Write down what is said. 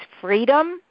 freedom